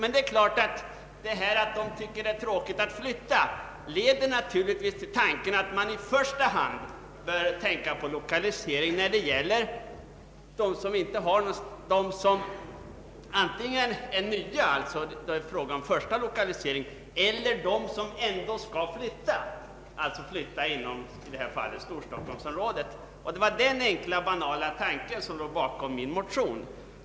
Att de ändå tycker att det är tråkigt att flytta leder naturligtvis till tanken att man i första hand bör inrikta sig på lokalisering när det gäller verk som antingen är nya eller ändå skall flytta — alltså föreslås flytta inom <:Storstockholmsområdet, som det är ju är fråga om i det här fallet. Det var den enkla och banala tanken som låg bakom min motion.